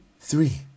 Three